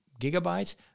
gigabytes